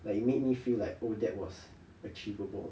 like make you feel like oh that was achievable